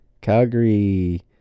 calgary